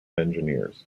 engineers